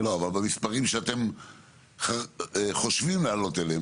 אבל במספרים שאתם חושבים לעלות אליהם,